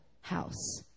house